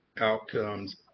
outcomes